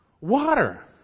water